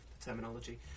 terminology